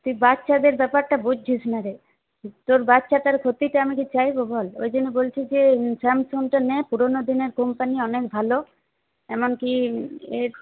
তুই বাচ্চাদের ব্যাপারটা বুঝছিস না রে তোর বাচ্চাটার ক্ষতিটা আমি কি চাইব বল ওই জন্য বলছি যে স্যামসংটা নে পুরোনো দিনের কোম্পানি অনেক ভালো এমনকি এর